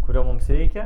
kurio mums reikia